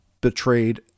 betrayed